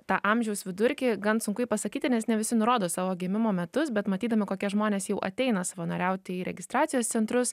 tą amžiaus vidurkį gan sunku jį pasakyti nes ne visi nurodo savo gimimo metus bet matydami kokie žmonės jau ateina savanoriauti į registracijos centrus